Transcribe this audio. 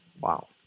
Wow